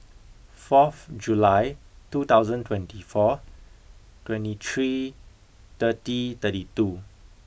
fourth July two thousand and twenty four twenty three thirty thirty two